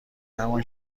همان